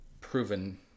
proven